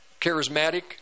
charismatic